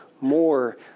more